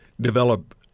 develop